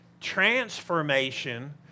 transformation